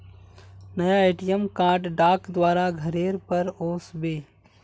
नया ATM card डाक द्वारा घरेर पर ओस बे